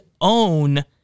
own